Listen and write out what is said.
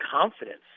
confidence